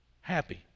happy